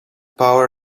power